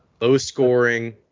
low-scoring